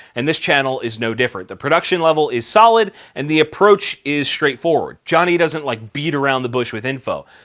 and this channel is no different. the production level is solid, and the approach is straight forward. johnny doesn't like beat around the bush with info.